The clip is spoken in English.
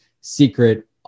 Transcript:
secret